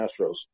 Astros